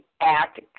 Act